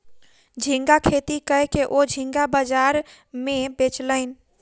झींगा खेती कय के ओ झींगा बाजार में बेचलैन